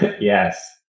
Yes